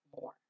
more